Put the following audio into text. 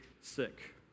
sick